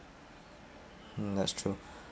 mm that's true